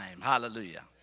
Hallelujah